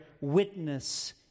witness